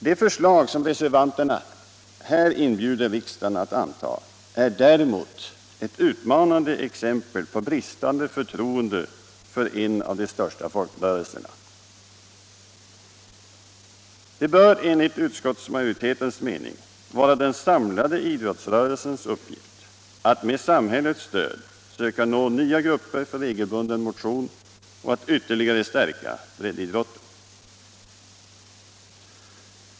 Det förslag som reservanterna nu inbjuder riksdagen att anta är däremot ett utmanande exempel på bristande förtroende för en av de största folkrörelserna. Det bör enligt utskottsmajoritetens mening vara den samlade idrottsrörelsens uppgift att med samhällets stöd söka nå nya grupper för regelbunden motion och att ytterligare stärka breddidrotten.